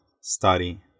study